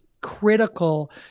critical